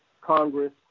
Congress